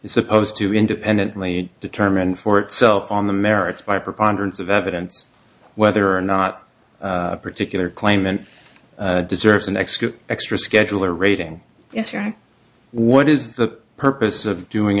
office supposed to independently determine for itself on the merits by preponderance of evidence whether or not a particular claimant deserves an extra extra scheduler rating what is the purpose of doing